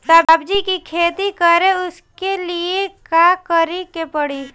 सब्जी की खेती करें उसके लिए का करिके पड़ी?